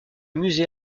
musée